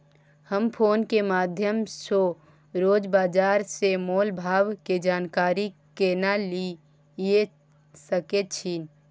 हम फोन के माध्यम सो रोज बाजार के मोल भाव के जानकारी केना लिए सके छी?